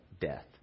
Death